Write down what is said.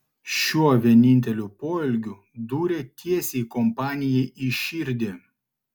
šiuo vieninteliu poelgiu dūrė tiesiai kompanijai į širdį